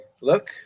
look